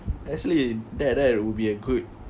actually that that would be a good